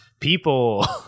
people